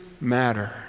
matter